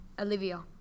Olivia